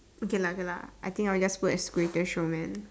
okay lah okay lah I think I'll just put as the Greatest Showman